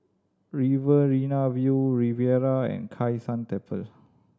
Riverina View Riviera and Kai San Temple